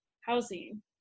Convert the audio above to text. housing